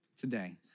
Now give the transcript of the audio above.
today